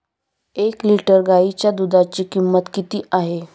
एक लिटर गाईच्या दुधाची किंमत किती आहे?